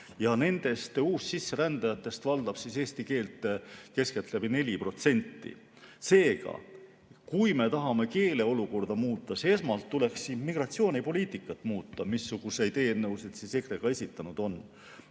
Nendest uussisserändajatest valdab eesti keelt keskeltläbi 4%. Seega, kui me tahame keeleolukorda muuta, siis esmalt tuleks muuta immigratsioonipoliitikat, missuguseid eelnõusid EKRE ka esitanud on.